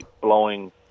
blowing